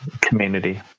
community